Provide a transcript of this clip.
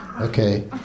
Okay